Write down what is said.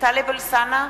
טלב אלסאנע,